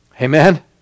Amen